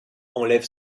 enlève